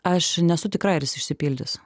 aš nesu tikra ar jis išsipildys